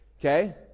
Okay